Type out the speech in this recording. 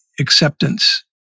acceptance